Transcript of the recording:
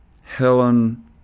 Helen